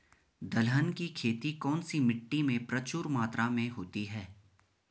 दलहन की खेती कौन सी मिट्टी में प्रचुर मात्रा में होती है?